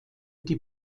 die